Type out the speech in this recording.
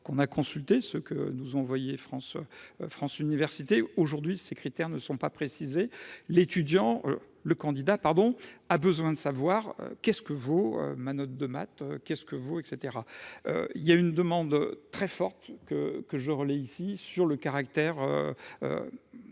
qu'on a consulté ce que nous envoyer France France Université aujourd'hui, ces critères ne sont pas précisés, l'étudiant, le candidat pardon a besoin de savoir qu'est-ce que vos Manod de maths qu'est-ce que vous, et caetera, il y a une demande très forte que que je relaie ici sur le caractère